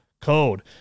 Code